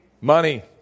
Money